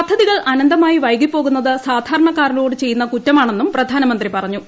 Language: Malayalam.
പദ്ധതികൾ അനന്തമായി വൈകിപ്പോകുന്നത് സാധാരണക്കാരോട് ചെയ്യുന്ന കുറ്റമാണെന്നും പ്രധാനമന്ത്രി പറഞ്ഞു